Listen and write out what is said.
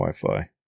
Wi-Fi